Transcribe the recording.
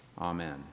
Amen